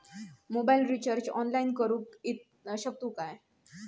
Mobile recharge online करुक शकतू काय?